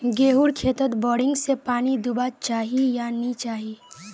गेँहूर खेतोत बोरिंग से पानी दुबा चही या नी चही?